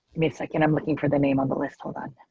me a second i'm looking for the name on the list. hold on.